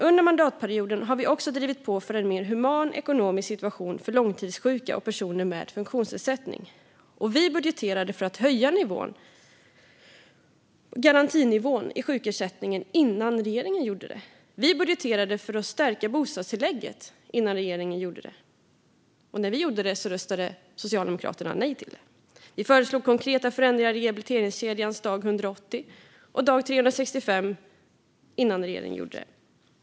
Under mandatperioden har vi också drivit på för en mer human ekonomisk situation för långtidssjuka och personer med funktionsnedsättning. Vi budgeterade för att höja garantinivån i sjukersättningen innan regeringen gjorde det. Vi budgeterade för att stärka bostadstillägget innan regeringen gjorde det, och när vi gjorde det röstade Socialdemokraterna nej. Vi föreslog konkreta förändringar i rehabiliteringskedjans dag 180 och dag 365 innan regeringen gjorde det.